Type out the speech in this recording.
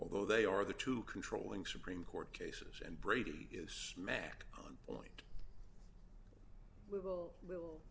although they are the two controlling supreme court cases and brady is smack on point with little